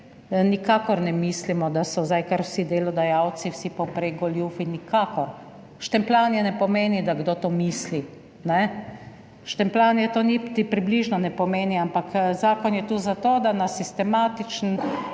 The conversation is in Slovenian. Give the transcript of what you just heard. nikakor ne mislimo, da so zdaj kar vsi delodajalci, vsi povprek goljufi, Nikakor. Štempljanje ne pomeni, da kdo to misli, kajne? Štempljanje to niti približno ne pomeni, ampak zakon je tu zato, da na sistematičen